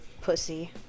Pussy